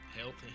Healthy